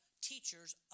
teachers